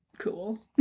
cool